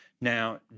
now